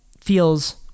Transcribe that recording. feels